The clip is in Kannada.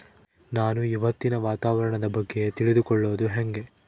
ನಾನು ಇವತ್ತಿನ ವಾತಾವರಣದ ಬಗ್ಗೆ ತಿಳಿದುಕೊಳ್ಳೋದು ಹೆಂಗೆ?